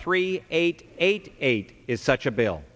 three eight eight eight is such a bail